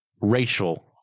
racial